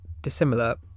dissimilar